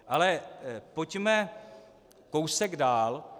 Ale pojďme kousek dál.